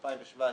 ב-2017,